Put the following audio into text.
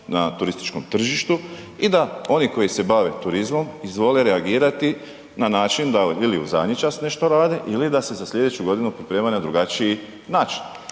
na turističkom tržištu i da oni koji se bave turizmom izvole reagirati n način da ili u zadnji čas nešto rade ili da se za slijedeću godinu pripremaju na drugačiji način,